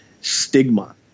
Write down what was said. stigma